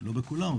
לא בכולם,